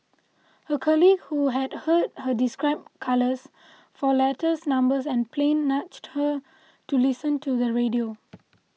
her colleague who had heard her describe colours for letters numbers and plain nudged her to listen to the radio